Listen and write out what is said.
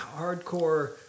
hardcore